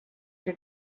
your